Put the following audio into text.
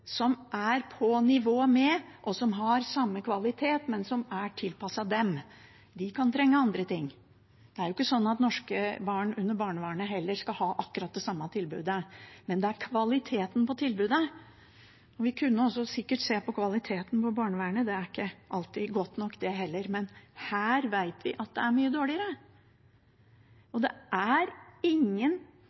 som er på samme nivå og har samme kvalitet, men som er tilpasset dem. De kan trenge andre ting. Det er ikke sånn at norske barn under barnevernet heller skal ha akkurat det samme tilbudet. Det dreier seg om kvaliteten på tilbudet. Vi kunne også sikkert se på kvaliteten i barnevernet, det er ikke alltid godt nok det heller. Men her vet vi at det er mye dårligere, og det er ingen